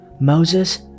Moses